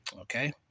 okay